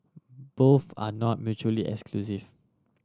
both are not mutually exclusive